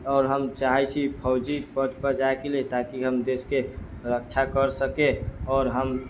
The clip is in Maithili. आओर हम चाहै छी फौजी पद पर जाइ के लेल ताकि हम देश के रक्षा कर सकै आओर हम